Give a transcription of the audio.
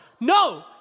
No